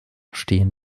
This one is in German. stehen